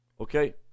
Okay